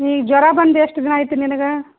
ಈ ಜ್ವರ ಬಂದು ಎಷ್ಟು ದಿನ ಆಯ್ತು ನಿನಗೆ